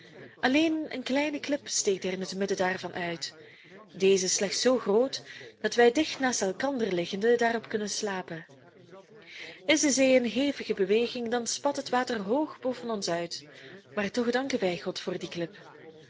alleen een kleine klip steekt er in het midden daarvan uit deze is slechts zoo groot dat wij dicht naast elkander liggende daarop kunnen slapen is de zee in hevige beweging dan spat het water hoog boven ons uit maar toch danken wij god voor die klip